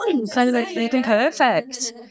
Perfect